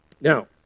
now